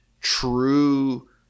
true